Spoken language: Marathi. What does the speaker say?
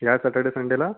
या सॅटर्डे संडेला